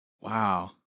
Wow